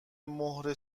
مهر